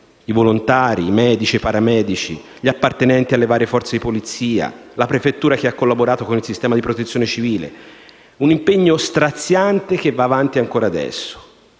i volontari, i medici ed i paramedici, gli appartenenti alle varie forze di polizia, la prefettura che ha collaborato con il sistema di Protezione civile. Un impegno straziante che va avanti ancora adesso.